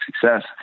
success